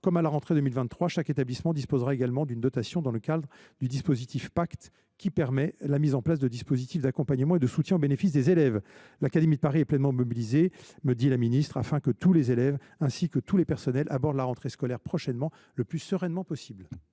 comme à la rentrée 2023, chaque établissement disposera également d’une dotation dans le cadre du pacte enseignant, qui permettra la mise en place de dispositifs d’accompagnement et de soutien au bénéfice des élèves. L’académie de Paris est pleinement mobilisée, afin que tous les élèves et l’ensemble du personnel abordent la rentrée scolaire prochaine le plus sereinement possible.